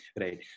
right